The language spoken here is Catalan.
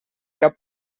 cap